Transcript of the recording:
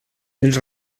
els